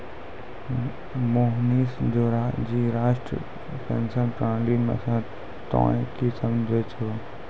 मोहनीश जी राष्ट्रीय पेंशन प्रणाली से तोंय की समझै छौं